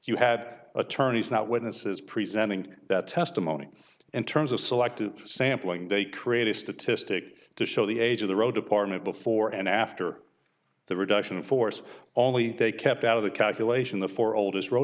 you had attorneys that witnesses presenting that testimony in terms of selective sampling they create a statistic to show the age of the row department before and after the reduction in force only they kept out of the calculation the four oldest row